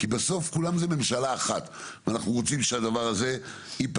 כי בסוף כולם זה ממשלה אחת ואנחנו רוצים שהדבר הזה ייפתר.